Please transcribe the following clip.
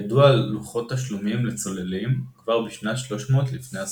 ידוע על לוחות תשלומים לצוללים כבר בשנת 300 לפנה"ס.